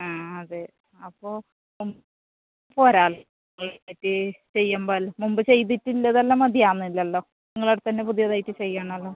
ആ അതെ അപ്പോൾ പോര ചെയ്യുമ്പോൾ എല്ലാം മുമ്പ് ചെയ്തിട്ട് ഉള്ളത് എല്ലാം മതിയാവുന്നില്ലല്ലോ നിങ്ങളെ അടുത്ത് തന്നെ പുതിയതായിട്ട് ചെയ്യണമല്ലോ